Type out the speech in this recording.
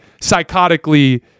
psychotically